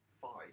five